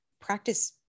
practice